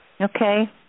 Okay